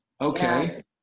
okay